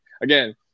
Again